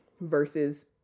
Versus